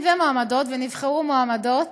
מועמדים ומועמדות, ונבחרו מועמדות,